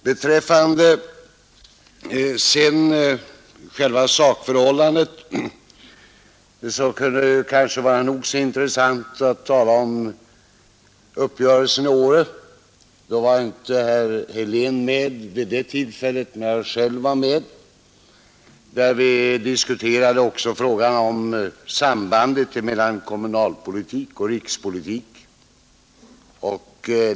Beträffande själva sakfrågan kan det vara nog så intressant att tala om den uppgörelse som träffades. Herr Helén var inte med vid det tillfället, men jag själv var med. Vi diskuterade då också sambandet mellan kommunalpolitik och rikspolitik.